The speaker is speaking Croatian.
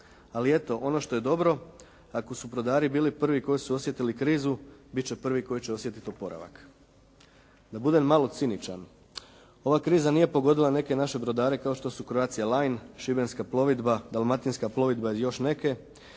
Ali eto, ono što je dobro, ako su brodari bili prvi koji su osjetili krizu biti će prvi koji će osjetiti oporavak. Da budem malo ciničan, ova kriza nije pogodila neke naše brodare kao što su Croatia line, Šibenska plovidba, Dalmatinska plovidba i još neke,